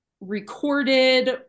recorded